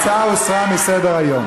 אם אתה דופק עוד פעם אחת אני מוציא לכל היום.